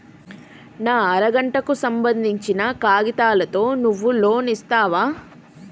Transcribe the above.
నా అర గంటకు సంబందించిన కాగితాలతో నువ్వు లోన్ ఇస్తవా?